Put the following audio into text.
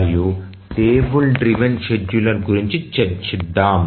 మరియు table driven scheduler గురించి చర్చిద్దాం